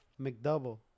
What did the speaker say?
McDouble